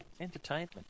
Entertainment